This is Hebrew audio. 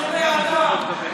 שונא אדם.